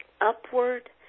upward